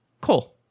Cool